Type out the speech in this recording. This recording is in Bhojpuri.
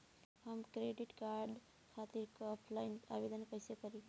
हम क्रेडिट कार्ड खातिर ऑफलाइन आवेदन कइसे करि?